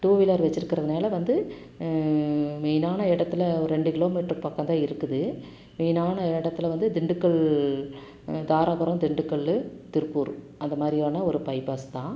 two wheeler வச்சிருக்கிறதனால வந்து மெயினான இடத்தில் ஒரு ரெண்டு கிலோ மீட்டரு பக்கம் தான் இருக்குது மெயினான இடத்தில் வந்து திண்டுக்கல் தாராபுரம் திண்டுக்கல் திருப்பூர் அதை மாதிரியான ஒரு பைப்பாஸ் தான்